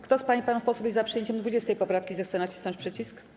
Kto z pań i panów posłów jest za przyjęciem 20. poprawki, zechce nacisnąć przycisk.